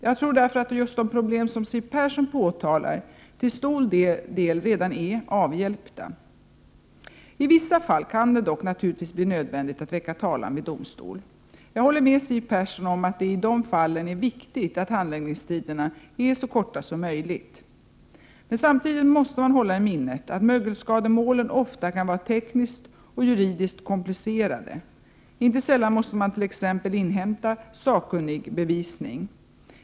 Jag tror därför att just de problem som Siw Persson påtalar till stor del redan är avhjälpta. I vissa fall kan det dock naturligtvis bli nödvändigt att väcka talan vid domstol. Jag håller med Siw Persson om att det i de fallen är viktigt att handläggningstiderna är så korta som möjligt. Samtidigt måste man hålla i minnet att mögelskademålen ofta kan vara tekniskt och juridiskt komplicerade. Inte sällan måste man t.ex. inhämta sakkunnigbevisning.